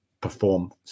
perform